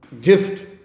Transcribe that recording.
gift